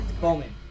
Bowman